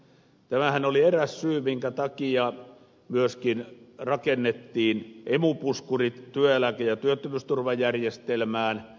tämähän oli eräs syy minkä takia rakennettiin emu puskurit työeläke ja työttömyysturvajärjestelmään